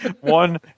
one